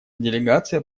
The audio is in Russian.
делегация